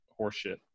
horseshit